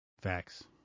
Facts